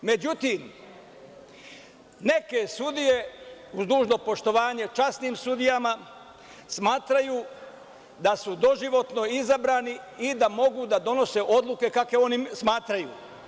Međutim, neke sudije, uz dužno poštovanje časnim sudijama, smatraju da su doživotno izabrani i da mogu da donose odluke kakve oni smatraju.